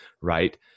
right